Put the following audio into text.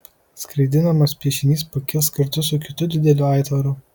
skraidinamas piešinys pakils kartu su kitu dideliu aitvaru